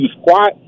squat